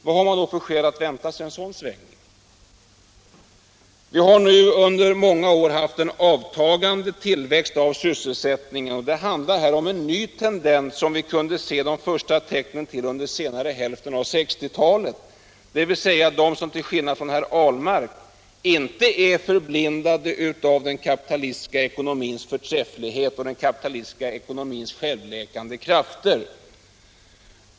Vad finns det då för skäl att vänta sig en sådan omsvängning? Vi har nu under många år haft en minskad tillväxt inom sysselsättningen. Det handlar här om en ny tendens som vi kunde se de första tecknen på under senare hälften av 1960-talet — vi, dvs. de som till skillnad från herr Ahlmark inte var förblindade av den kapitalistiska ekonomins förträfflighet och självläkande krafter.